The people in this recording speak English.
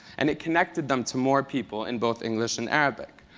and it connected them to more people in both english and arabic.